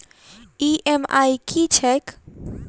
EMI की छैक?